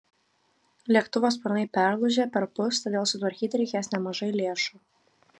lėktuvo sparnai perlūžę perpus todėl sutvarkyti reikės nemažai lėšų